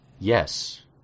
Yes